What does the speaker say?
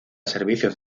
servicios